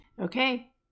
okay